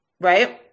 right